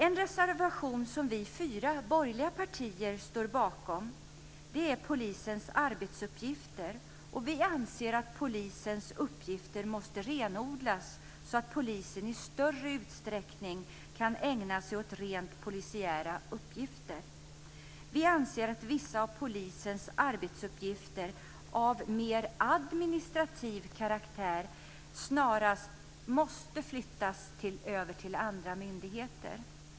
En reservation som vi fyra borgerliga partier står bakom gäller polisens arbetsuppgifter. Vi anser att polisens uppgifter måste renodlas så att polisen i större utsträckning kan ägna sig åt rent polisiära uppgifter. Vi anser att vissa av polisens arbetsuppgifter av mer administrativ karaktär snarast måste flyttas över till andra myndigheter.